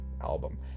album